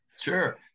sure